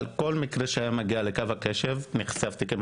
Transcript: אבל נחשפתי כמעט לכל מקרה שהגיע לקו הקשב ואני